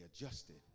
adjusted